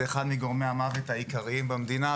זה אחד מגורמי המוות העיקריים במדינה,